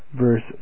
verse